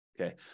okay